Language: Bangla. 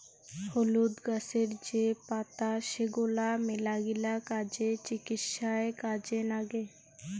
হলুদ গাছের যে পাতা সেগলা মেলাগিলা কাজে, চিকিৎসায় কাজে নাগে